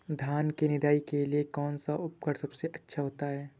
धान की निदाई के लिए कौन सा उपकरण सबसे अच्छा होता है?